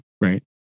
right